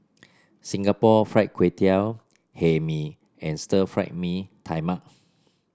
Singapore Fried Kway Tiao Hae Mee and Stir Fried Mee Tai Mak